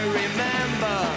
remember